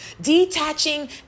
detaching